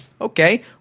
Okay